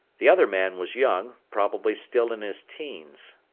the other man was young, probably still in his teens.